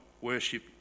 worship